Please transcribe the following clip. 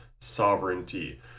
sovereignty